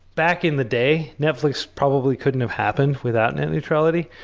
back in the day, netflix probably couldn't have happened without net neutrality,